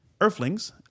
earthlings